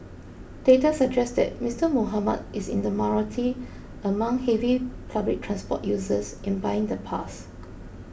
data suggest that Mister Muhammad is in the minority among heavy public transport users in buying the pass